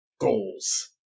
goals